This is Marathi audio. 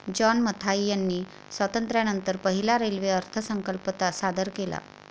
जॉन मथाई यांनी स्वातंत्र्यानंतर पहिला रेल्वे अर्थसंकल्प सादर केला